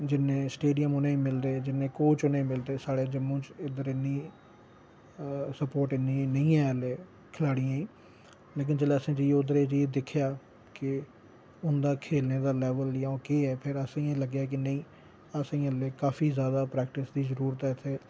जिन्ने स्टेडियम उनेंगी मिलदे जिन्ने कोच उनेंगी मिलदे साढ़े जम्मू च इद्धर इन्नी सपोर्ट इन्नी नेईं ऐ ऐह्ले खिलाड़ियें गी लेकिन जेल्लै असें जिसलै उद्धर जाइयै दिक्खेआ कि उंदा खेलने दा लेवल जा ओह् केह् ऐ फिर असेंगी लग्गेआ कि नेईं असेंगी अल्ले काफी ज्यादा प्रैक्टिस दी जरूरत ऐ इत्थै